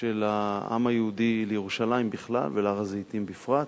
של העם היהודי לירושלים בכלל ולהר-הזיתים בפרט,